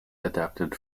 adapted